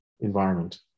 environment